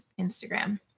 Instagram